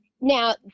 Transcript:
Now